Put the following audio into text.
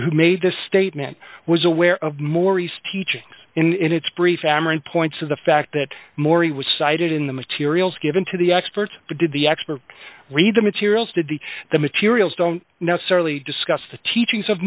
who made this statement was aware of maurice teachings in its brief amarin points of the fact that morrie was cited in the materials given to the experts but did the expert read the materials did the the materials don't necessarily discuss the teachings of